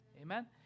Amen